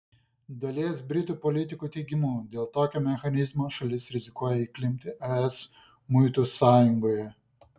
dalies britų politikų teigimu dėl tokio mechanizmo šalis rizikuoja įklimpti es muitų sąjungoje